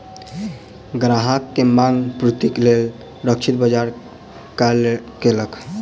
ग्राहक के मांग पूर्तिक लेल लक्षित बाजार कार्य केलक